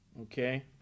okay